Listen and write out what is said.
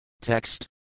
Text